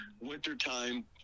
wintertime